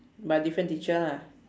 but different teacher lah